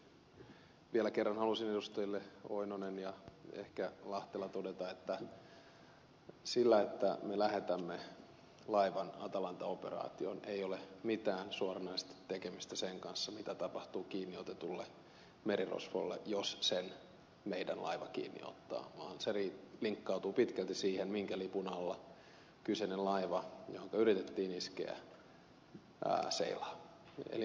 ihan lyhyesti vielä kerran haluaisin edustajille pentti oinonen ja ehkä lahtela todeta että sillä että me lähetämme laivan atalanta operaatioon ei ole mitään suoranaista tekemistä sen kanssa mitä tapahtuu kiinni otetulle merirosvolle jos sen meidän laiva kiinni ottaa vaan se linkkautuu pitkälti siihen minkä lipun alla kyseinen laiva johonka yritettiin iskeä seilaa